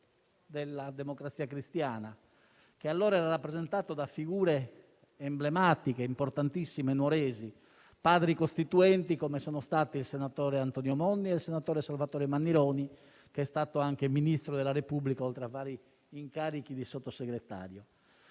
della Democrazia Cristiana, che allora era rappresentato da figure emblematiche importantissime nuoresi, Padri costituenti come sono stati il senatore Antonio Monni e il senatore Salvatore Mannironi, che è stato anche Ministro della Repubblica, oltre ad aver ricoperto vari incarichi da Sottosegretario.